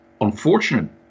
unfortunate